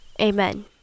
amen